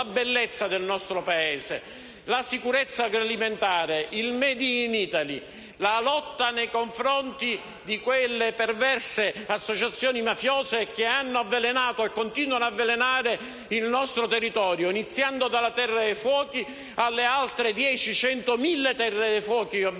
la bellezza del nostro Paese, la sicurezza agroalimentare, il *made in Italy*, la lotta nei confronti di quelle perverse associazioni mafiose che hanno avvelenato e continuano ad avvelenare il nostro territorio, dalla terra dei fuochi alle altre decine, centinaia, migliaia di terre dei fuochi che sono